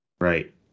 right